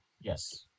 Yes